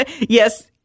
yes